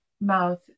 mouth